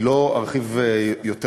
אני לא ארחיב יותר,